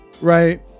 right